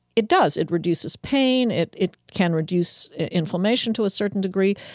it does. it reduces pain, it it can reduce inflammation to a certain degree,